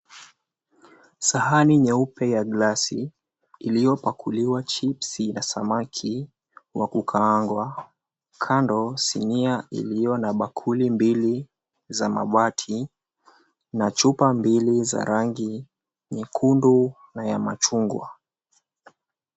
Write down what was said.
Sahani nyeupe ya glasi ilio pakuliwa chipisi na samaki wakukaangwa kando sinia ilio na bakuli mbili za mabati na chupa mbili za rangi nyekundu na ya machungwa.